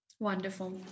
Wonderful